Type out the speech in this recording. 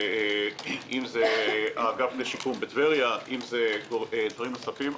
אם זה האגף לשיקום בטבריה או דברים נוספים.